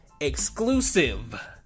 exclusive